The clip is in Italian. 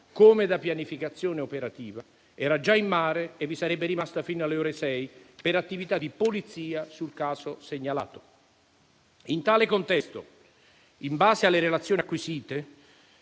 come da pianificazione operativa - era già in mare e che vi sarebbe rimasta fino alle ore 6 per attività di polizia sul caso segnalato. In tale contesto, in base alle relazioni acquisite,